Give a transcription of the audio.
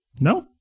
No